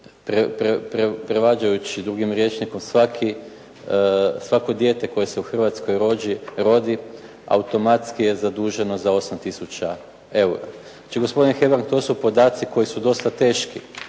prevađajući drugim rječnikom svako dijete koje se u Hrvatskoj rodi automatski je zaduženo za 8 tisuća eura. Znači gospodine Hebrang to su podaci koji su dosta teški